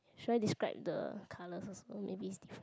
should I describe the colors first or maybe is different